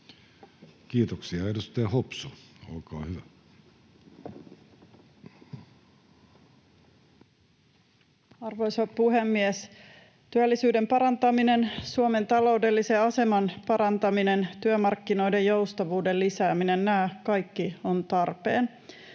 Kiitoksia. — Edustaja Hopsu, olkaa hyvä. Arvoisa puhemies! Työllisyyden parantaminen, Suomen taloudellisen aseman parantaminen, työmarkkinoiden joustavuuden lisääminen — nämä kaikki ovat tarpeen.